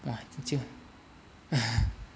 !wah! gou jiu